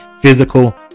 Physical